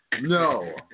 no